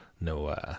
no